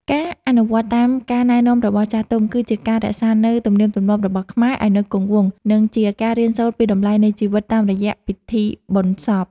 ការអនុវត្តតាមការណែនាំរបស់ចាស់ទុំ គឺជាការរក្សានូវទំនៀមទម្លាប់របស់ខ្មែរឱ្យនៅគង់វង្ស និងជាការរៀនសូត្រពីតម្លៃនៃជីវិតតាមរយៈពិធីបុណ្យសព។